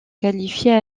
qualifié